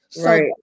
Right